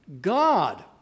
God